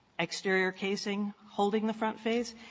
exterior casing holding the front face?